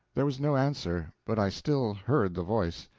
there was no answer, but i still heard the voice.